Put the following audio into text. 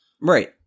right